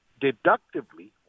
deductively